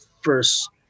first